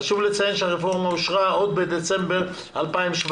חשוב לציין שהרפורמה אושרה עוד בדצמבר 2017,